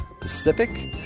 Pacific